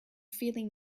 feeling